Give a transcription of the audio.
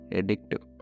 addictive